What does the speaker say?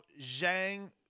Zhang